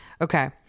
Okay